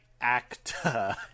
actor